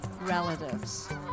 relatives